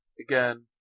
again